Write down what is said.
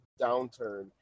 downturn